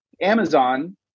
Amazon